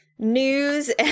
news